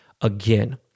again